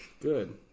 Good